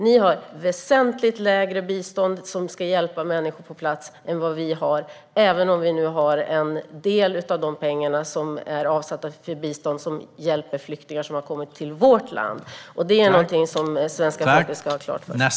Ni har väsentligt lägre bistånd för att hjälpa människor på plats än vad vi har även om en del av de pengar som är avsatta för bistånd går till att hjälpa flyktingar som har kommit till vårt land. Det är något som svenska folket ska ha klart för sig.